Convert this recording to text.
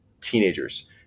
teenagers